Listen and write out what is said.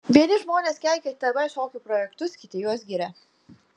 vieni žmonės keikia tv šokių projektus kiti juos giria